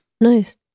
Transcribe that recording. nice